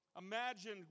Imagine